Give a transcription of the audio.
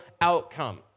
outcome